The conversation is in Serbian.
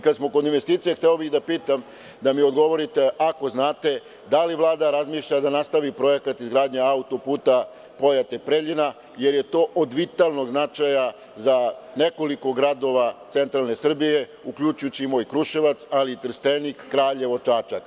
Kada smo kod investicija, hteo bih da pitam da mi odgovorite, ako znate, da li Vlada razmišlja da nastavi projekat izgradnje autoputa Pojate - Preljina, jer je to od vitalnog značaja za nekoliko gradova centralne Srbije uključujući i moj Kruševac ali i Trstenik, Kraljevo, Čačak.